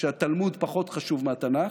שהתלמוד פחות חשוב מהתנ"ך,